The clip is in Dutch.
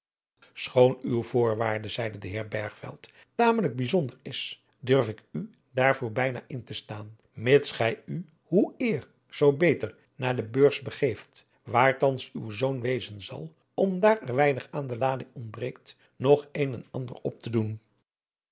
schoon uwe voorwaarde zeide de heer bergveld tamelijk bijzonder is durf ik u daarvoor bijna in te staan mits gij u hoe eer zoo beter naar de beurs begeest waar thans uw zoon wezen zal om daar er weinig aan de lading ontbreekt nog een en ander op te doen